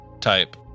type